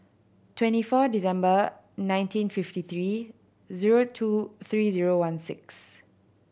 twenty four December nineteen fifty three zero two three zero one six